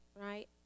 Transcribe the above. right